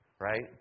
right